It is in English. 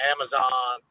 Amazon